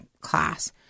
class